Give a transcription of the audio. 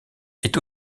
est